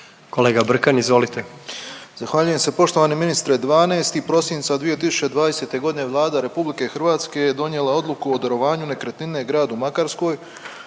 Kolega Brkan, izvolite.